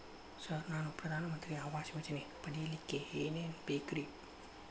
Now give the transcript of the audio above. Sir ನಾನು ಪ್ರಧಾನ ಮಂತ್ರಿ ಆವಾಸ್ ಯೋಜನೆ ಪಡಿಯಲ್ಲಿಕ್ಕ್ ಏನ್ ಏನ್ ಬೇಕ್ರಿ?